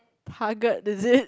target is it